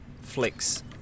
flicks